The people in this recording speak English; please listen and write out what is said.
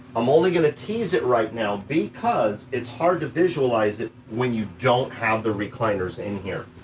i'm only going to tease it right now because it's hard to visualize it when you don't have the recliners in here.